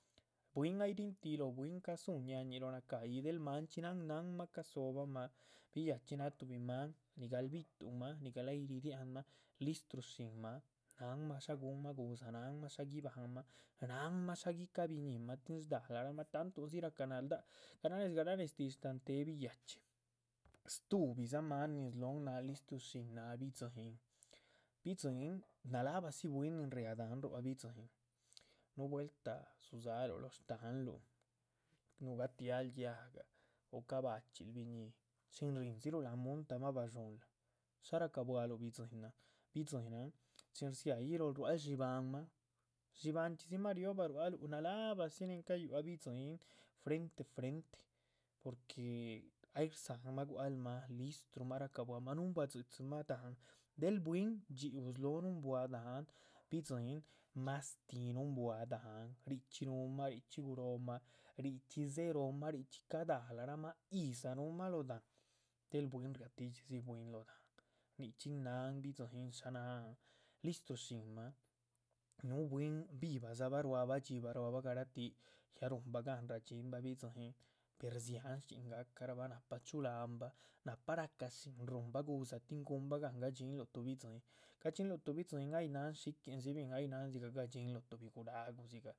Bwín ay ríhin tíh, lóh bwín, ca´dzú ñáañih lóh naca´yi del manchxí náhan nánmah ca´dzobahma biyhachí náha tuhbi maan nigal bi´tuhn máh. nigal ay ridiáhn mah listrushín máh náhanma shá guhunma gu´dza, náhanma shá guibahn mah, náhanma shá guica´ biñíimah tin shda´larahma. tantundzi ra´ca naldác, garáhnez garáhnez shtante´ biyhachí stúhbi dza maan nin slóhon náh listrushín náh bidziín, bidziín naláhbadzi. bwín nin riáh dahán, rua´c bidziín núh vueltáh dzudza´luh lóh shtáhanluh nuh gatia´l yáhga o caba´chxiluh biñíi chin ríndziluh láhan. munta ahma badxuúhnla, shá racabuahluh bidziínlahn, bidziínahn chin rdzia´yih lóhl, rua´cl dxibáhanma, dxibáhan chxídzima rio´bah. rua´luh nalábahdzi nin cayua´c bidziín frente frente porque ay rdza´nma gua´c mah listrumah racabuahma nuhunbua dzi´dzimah dahán del bwín. dxhíu slóho nuhunbua dahán bidzíin mastíh nuhunbua dahán richxí nuhuman, richxí gurohma, richxí dzeróomah, richxí cada´la rac mah, yídza. núhumah lóh dahán, del bwín ria tídxi dzi bwín lóh dahán, nichxín náhan bidziín shá náhan, listu shínmah, núh bwín vivah ruadzabah. dxíbah, garatih née ruhnba gáhn radxiínbah bidziín per dziáhn shchxín gacahraba nahpa chu´lahanba nahpa racashín ruhunba gu´dza. tin guhunbah gáhn gadxiínrabah tuhbi bidziín gadxiínluh tuh bidziín ay náhan shichxíndzi bín, ay náha dzigah gadxínluh tuhbi guráhgu